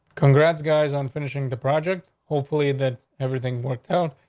congrats, guys, on finishing the project, hopefully that everything worked out.